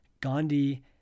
Gandhi